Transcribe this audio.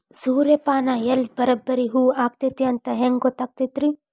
ಸೂರ್ಯಪಾನ ಎಲ್ಲ ಬರಬ್ಬರಿ ಹೂ ಆಗೈತಿ ಅಂತ ಹೆಂಗ್ ಗೊತ್ತಾಗತೈತ್ರಿ?